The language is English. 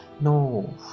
No